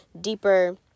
deeper